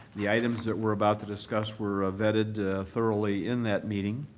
the items that we're about to discuss were ah vetted thoroughly in that meeting.